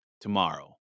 tomorrow